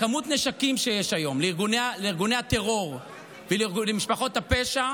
כמות הנשקים שיש היום לארגוני הטרור ולמשפחות הפשע,